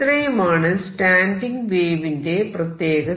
ഇത്രയുമാണ് സ്റ്റാൻഡിങ് വേവിന്റെ പ്രത്യേകത